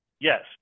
yes